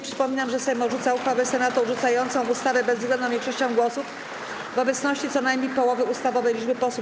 Przypominam, że Sejm odrzuca uchwałę Senatu odrzucającą ustawę bezwzględną większością głosów w obecności co najmniej połowy ustawowej liczby posłów.